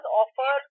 offer